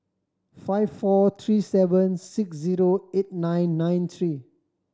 five four three seven six zero eight nine nine three